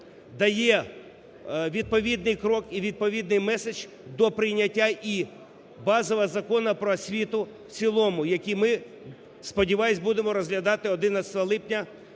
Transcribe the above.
дає відповідний крок і відповідний месседж до прийняття і базового Закону про освіту в цілому, який ми, сподіваюся, будемо розглядати 11 липня